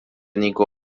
niko